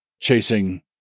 chasing